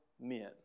men